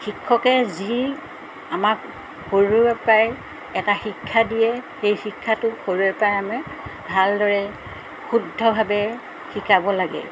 শিক্ষকে যি আমাক সৰুৰেপৰাই এটা শিক্ষা দিয়ে সেই শিক্ষাটো সৰুৰেপৰাই আমি ভালদৰে শুদ্ধভাৱে শিকাব লাগে